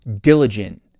diligent